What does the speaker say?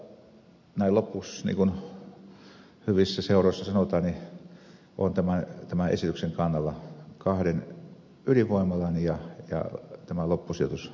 mutta näin lopuksi niin kuin hyvissä seuroissa sanotaan olen tämän esityksen kannalla kahden ydinvoimalan ja tämän loppusijoitusesityksen kannalla